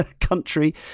Country